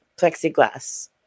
plexiglass